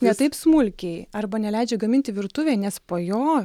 ne taip smulkiai arba neleidžia gaminti virtuvėj nes po jo